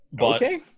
Okay